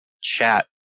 chat